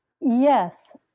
Yes